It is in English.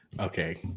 Okay